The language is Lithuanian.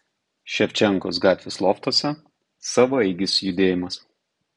ševčenkos gatvės loftuose savaeigis judėjimas